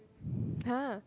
!huh!